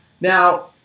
Now